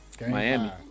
Miami